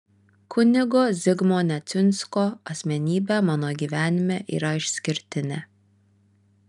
kunigo zigmo neciunsko asmenybė mano gyvenime yra išskirtinė